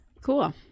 cool